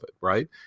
right